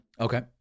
Okay